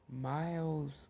Miles